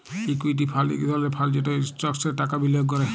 equity fund ইক ধরলের fund যেট ইস্টকসে টাকা বিলিয়গ ক্যরে